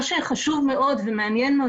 מה שחשוב מאוד ומעניין מאוד,